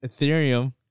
Ethereum